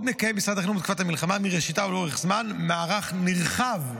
משרד החינוך מכיר בצרכים הרגשיים